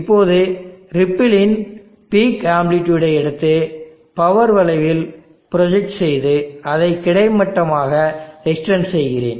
இப்போது ரிப்பிள் இன் peak amplitude ஐ எடுத்து பவர் வளைவில் ப்ரோஜெக்ட் செய்து அதை கிடைமட்டமாக எக்ஸ்டெண்ட் செய்கிறேன்